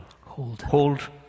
hold